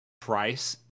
price